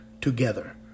together